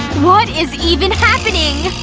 what is even happening!